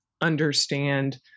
understand